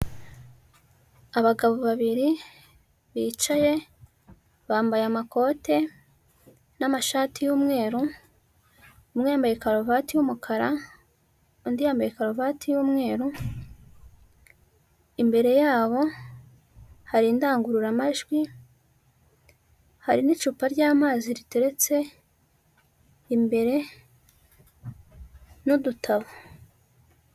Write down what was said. Abagabo babiri bicaye bambaye amakote n'amashati y'umweru, umwe yambaye karuvati y'umukara, undi yambaye karuvati y'umweru; imbere yabo hari indangururamajwi, hari n'icupa ry'amazi riteretse imbere n'udutabo.